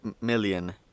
million